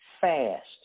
fast